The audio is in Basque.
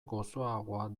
gozoagoa